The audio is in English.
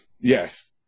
Yes